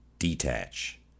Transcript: detach